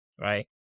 right